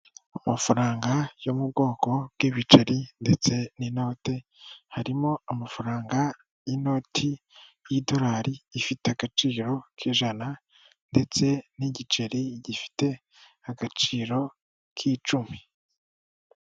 Amafaranga yo mu bwoko bw'ibiceri ndetse n'inote, harimo amafaranga y’inoti y'idolari ifite agaciro k'ijana ndetse n'igiceri gifite agaciro k’icumi.